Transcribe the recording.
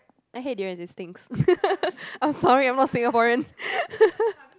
I hate durian it stinks I'm sorry I'm not Singaporean